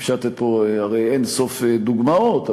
אפשר לתת פה הרי אין-סוף דוגמאות,